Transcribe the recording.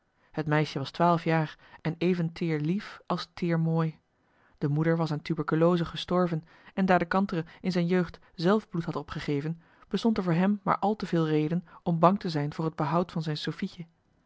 bekentenis meisje was twaalf jaar en even teer lief als teer mooi de moeder was aan tuberculose gestorven en daar de kantere in zijn jeugd zelf bloed had opgegeven bestond er voor hem maar al te veel reden om bang te zijn voor het behoud van zijn